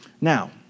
Now